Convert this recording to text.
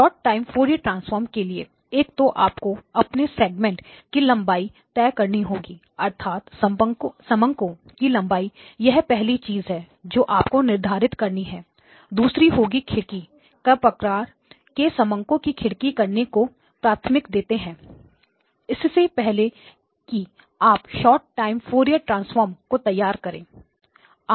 short time Fourier transform के लिए एक तो आपको अपने सेगमेंट की लंबाई तय करनी होगी अर्थात समअंको की लंबाई यह पहली चीज है जो आपको निर्धारित करनी है दूसरी होगी खिड़की का प्रकार वे समंको को खिड़की करने को प्राथमिकता देते हैं इससे पहले कि आप शोर्ट टाइम फॉरिएर ट्रांसफॉर्म को तैयार करें